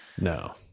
No